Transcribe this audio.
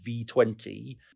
V20